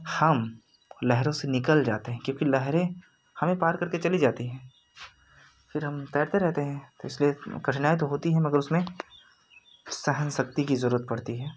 हम लहरों से निकल जाते हैं क्योंकि लहरें हमें पार करके चली जाती हैं फिर हम तैरते रहते हैं तो इसलिए कठिनाई तो होती है मगर उसमें सहनशक्ति की जरूरत पड़ती है